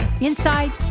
inside